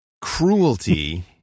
cruelty